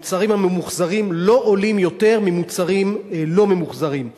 המוצרים הממוחזרים לא עולים יותר ממוצרים לא ממוחזרים.